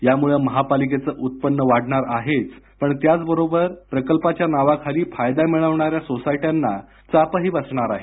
यामुळे महापालिकेचे उत्पन्न वाढणार आहेच पण प्रकल्पाच्या नावाखाली फायदा मिळवणाऱ्या सोसायट्यांना चापही बसणार आहे